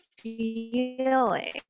feeling